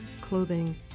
clothing